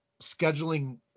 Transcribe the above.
scheduling